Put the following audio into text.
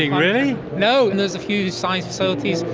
really? no, and there's a few science facilities,